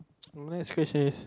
my next question is